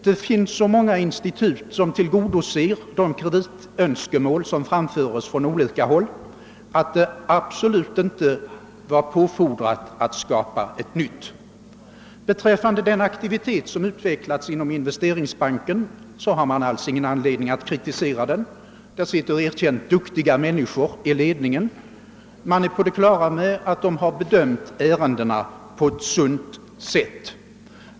Det finns så många institut som tillgodoser de kreditönskemål som framförs från olika håll, att det absolut inte var påfordrat att skapa ett nytt institut. Den aktivitet som utvecklats inom Investeringsbanken förefaller det inte finnas anledning att kritisera. Det sitter erkänt duktiga människor i ledningen, och därför finns det skäl att tro att de har bedömt ärendena på ett sunt sätt.